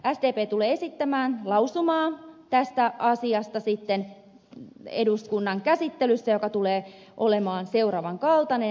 sdp tulee esittämään tästä asiasta sitten eduskunnan käsittelyssä lausumaa joka tulee olemaan seuraavan kaltainen